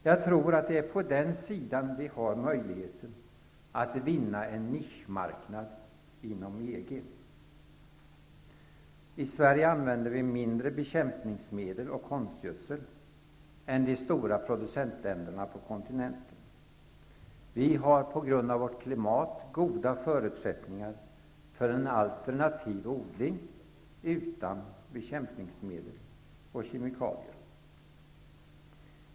Jag tror att det är på den sidan vi har en möjlighet att vinna en nischmarknad inom EG. Vi i Sverige använder bekämpningsmedel och konstgödsel i mindre utsträckning än man gör i de stora producentländerna på kontinenten. På grund av vårt klimat har vi goda förutsättningar för en alternativ odling utan bekämpningsmedel och kemikalier.